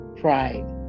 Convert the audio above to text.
Pride